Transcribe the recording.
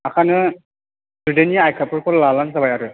आखायनो स्टुदेन्तनि आइखार्डफोरखौ लाबानो जाबाय आरो